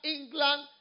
England